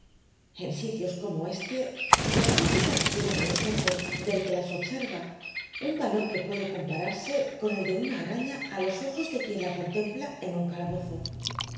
en sitios como éste las gentes adquieren a los ojos del que las observa un valor que puede compararse con el de una araña a los ojos de quién la contempla en un calabozo